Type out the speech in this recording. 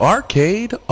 Arcade